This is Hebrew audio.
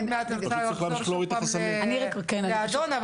אני עוד מעט ארצה לחזור שוב פעם לאדון,